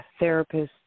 therapists